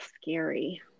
scary